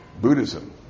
Buddhism